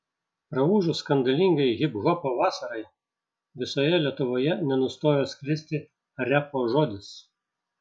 praūžus skandalingai hiphopo vasarai visoje lietuvoje nenustojo sklisti repo žodis